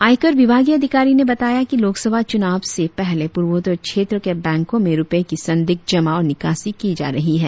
आयकर विभागीय अधिकारी ने बताया की लोकसभा चूनाव से पहले पूर्वोत्तर क्षेत्र के बैंको में रुपए की संदिग्ध जमा और निकासी की जा रही है